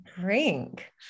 drink